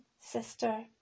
sister